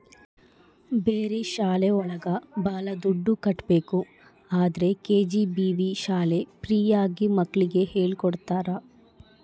ಬೇರೆ ಶಾಲೆ ಒಳಗ ಭಾಳ ದುಡ್ಡು ಕಟ್ಬೇಕು ಆದ್ರೆ ಕೆ.ಜಿ.ಬಿ.ವಿ ಶಾಲೆ ಫ್ರೀ ಆಗಿ ಮಕ್ಳಿಗೆ ಹೇಳ್ಕೊಡ್ತರ